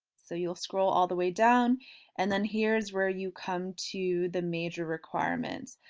so you'll scroll all the way down and then here is where you come to the major requirements.